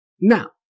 Now